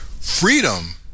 Freedom